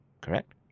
Correct